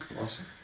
Awesome